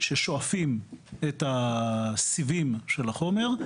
כששואפים את הסיבים של החומר,